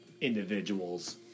individuals